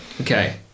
Okay